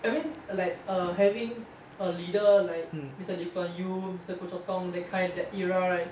I mean like err having a leader like mister lee kuan yew mister goh chok tong the kind that era right